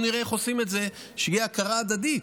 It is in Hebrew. נראה איך עושים את זה שתהיה הכרה הדדית,